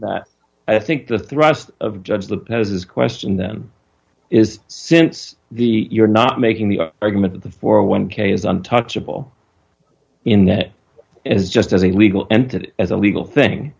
am i think the thrust of judge the question then is since the you're not making the argument that the forty one k is untouchable in that as just as a legal entity as a legal thing